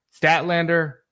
statlander